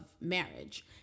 marriage